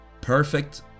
Perfect